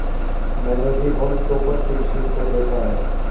मैंने भी haulm topper की मशीन को देखा है